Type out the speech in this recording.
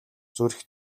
зүрх